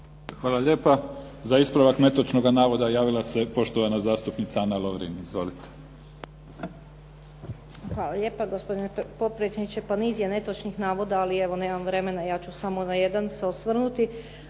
Hvala lijepa. Za ispravak netočnoga navoda javila se poštovana zastupnica Ana Lovrin. Izvolite. **Lovrin, Ana (HDZ)** Hvala lijepa gospodine potpredsjedniče. Pa niz je netočnih navoda, ali evo, nemam vremena, ja ću samo na jedan se osvrnuti,